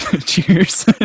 Cheers